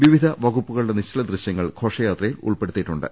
വിവിധ വകുപ്പുകളുടെ നിശ്ചല ദൃശ്യ ങ്ങൾ ഘോഷയാത്രയിൽ ഉൾപെടുത്തിയിട്ടുണ്ട്